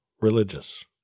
religious